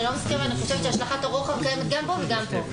אני לא מסכימה אני חושבת שהשלכת הרוחב קיימת גם פה וגם פה.